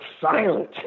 silent